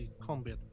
combat